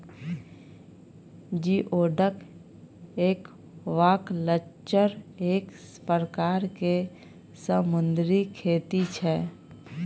geoduck aquaculture एक परकार केर समुन्दरी खेती छै